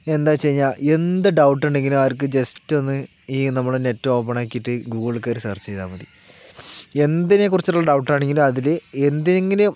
എന്താ വെച്ച് കഴിഞ്ഞാൽ എന്ത് ഡൗട്ടുണ്ടെങ്കിലും അവർക്ക് ജസ്റ്റൊന്ന് ഈ നമ്മളാ നെറ്റ് ഓപ്പണാക്കിയിട്ട് ഗൂഗിൾ കയറി സെർച്ച് ചെയ്താൽ മതി എന്തിനെക്കുറിച്ചുള്ള ഡൗട്ടാണെങ്കിലും അതിൽ എന്തെങ്കിലും